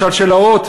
השלשלאות,